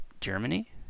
Germany